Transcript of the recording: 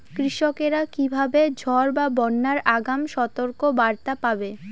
কৃষকেরা কীভাবে ঝড় বা বন্যার আগাম সতর্ক বার্তা পাবে?